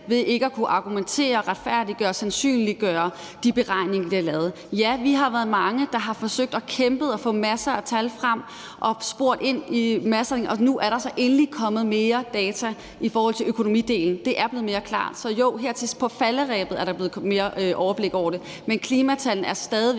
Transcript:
ved ikke at kunne argumentere for, retfærdiggøre og sandsynliggøre de beregninger, det har lavet. Ja, vi har været mange, der har forsøgt og har kæmpet og fået masser af tal frem og spurgt ind til det, og nu er der så endelig kommet mere data i forhold til økonomidelen. Det er blevet mere klart. Så jo, her på falderebet er der kommet et bedre overblik over det. Men klimatallene er stadig